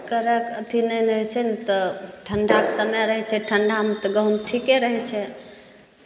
करक अथी नहि ने होइ छै ने तऽ ठंढाक समय रहै छै ठंढामे तऽ गहूॅंम ठिके रहै छै